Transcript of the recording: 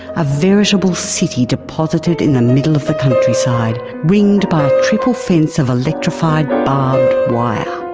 a veritable city, deposited in the middle of the countryside ringed by a triple fence of electrified barbed wire,